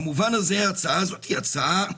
במובן הזה ההצעה הזו היא הצעה,